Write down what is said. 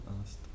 asked